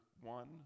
one